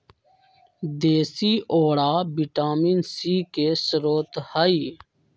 देशी औरा vitamin C के स्रोत हई